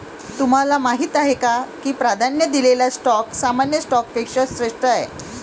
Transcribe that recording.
तुम्हाला माहीत आहे का की प्राधान्य दिलेला स्टॉक सामान्य स्टॉकपेक्षा श्रेष्ठ आहे?